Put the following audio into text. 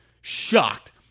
shocked